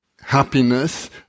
happiness